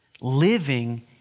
living